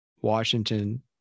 Washington